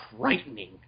frightening